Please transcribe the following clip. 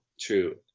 true